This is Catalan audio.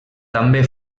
també